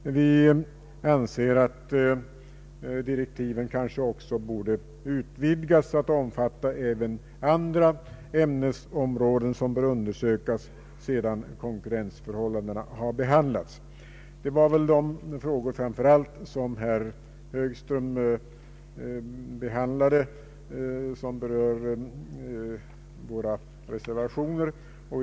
Vi anser att direktiven kanske borde utvidgas till att omfatta även andra ämnesområden, som bör undersökas sedan konkurrensförhållandena behandlats. Det var väl framför allt dessa frågor som herr Högström behandlade och som berör våra reservationer.